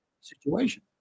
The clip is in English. situation